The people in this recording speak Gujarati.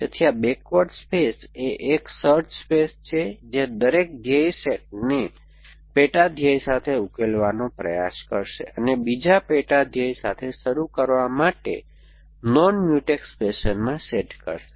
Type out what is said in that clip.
તેથી આ બેકવર્ડ સ્પેસ એ એક સર્ચ સ્પેસ છે જે દરેક ધ્યેય સેટને પેટા ધ્યેય સાથે ઉકેલવાનો પ્રયાસ કરશે અને બીજા પેટા ધ્યેય સાથે શરૂ કરવા માટે નોન મ્યુટેક્સ ફેશનમાં સેટ કરશે